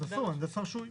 אז תעשו מהנדס רשוי.